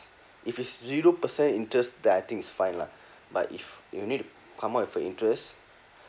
if is zero percent interest then I think is fine lah but if you need to come up with a interest